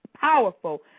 powerful